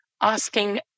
Asking